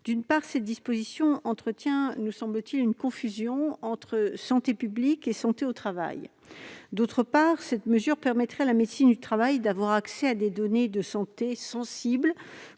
D'une part, cette disposition entretient une confusion entre santé publique et santé au travail. D'autre part, cette mesure permettrait à la médecine du travail d'avoir accès aux données de santé sensibles